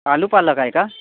आलू पालक आहे का